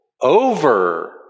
over